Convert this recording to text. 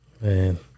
Man